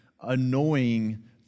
annoying